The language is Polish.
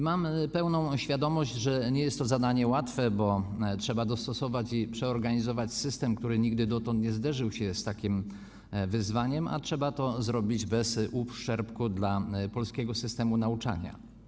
Mam pełną świadomość, że nie jest to zadanie łatwe, bo trzeba dostosować i przeorganizować system, który nigdy dotąd nie zderzył się z takim wyzwaniem, a trzeba to zrobić bez uszczerbku dla polskiego systemu nauczania.